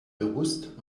bewusst